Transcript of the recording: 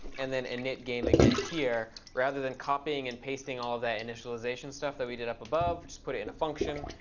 and then initgame again here. rather than copying and pasting all of that initialization stuff that we did up above, just put it in a function,